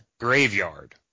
graveyard